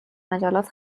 مجلات